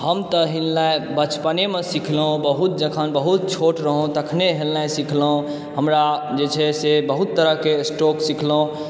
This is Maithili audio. हम तऽ हेलनाइ बचपनेमे सिखलहुँ बहुत जखन बहुत छोट रहहुँ तखने हेलनाइ सिखलहुँ हमरा जे छै से बहुत तरहके स्ट्रोक सिखलहुँ